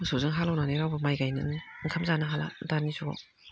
मोसौजों हालेवनानै रावबो माइ गायनो ओंखाम जानो हाला दानि समाव